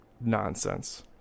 nonsense